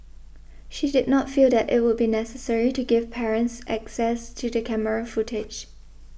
she did not feel that it would be necessary to give parents access to the camera footage